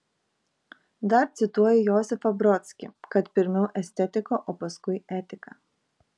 dar cituoji josifą brodskį kad pirmiau estetika o paskui etika